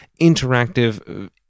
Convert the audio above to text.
interactive